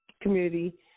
community